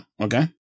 Okay